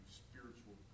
spiritual